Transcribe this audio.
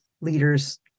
leaders